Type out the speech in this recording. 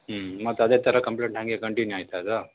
ಹ್ಞೂ ಮತ್ತದೇ ಥರ ಕಂಪ್ಲೇಂಟ್ ಹಾಗೆ ಕಂಟಿನ್ಯೂ ಆಯಿತಾ ಅದು